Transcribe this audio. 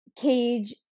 cage